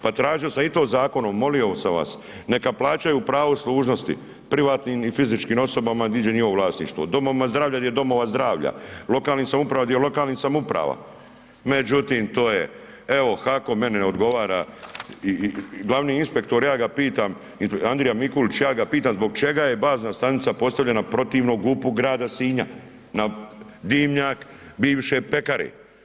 Pa tražio sam i to zakonom molio sam vas neka plaćaju pravo služnosti privatnim i fizičkim osobama … njihovo vlasništvo, domovima zdravlja gdje domova zdravlja, lokalnim samoupravama gdje lokalnih samouprava, međutim to je evo HAKOM meni odgovara i glavni inspektor ja ga pitam Andrija Mikulić, ja ga pitam zbog čega je bazna stanica postavljena protivno GUP-u grada Sinja na dimnjak bivše pekare.